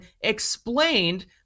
explained